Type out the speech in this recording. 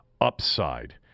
upside